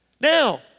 Now